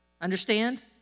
Understand